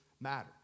matter